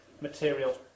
material